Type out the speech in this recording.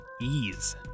ease